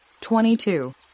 twenty-two